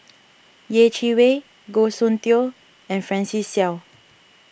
Yeh Chi Wei Goh Soon Tioe and Francis Seow